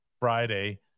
Friday